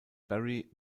berry